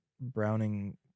browning